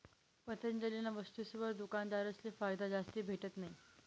पतंजलीना वस्तुसवर दुकानदारसले फायदा जास्ती भेटत नयी